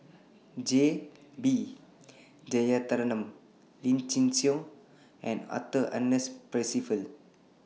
J B Jeyaretnam Lim Chin Siong and Arthur Ernest Percival